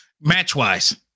match-wise